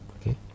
Okay